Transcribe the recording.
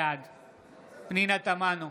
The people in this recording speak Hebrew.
בעד פנינה תמנו,